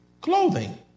Clothing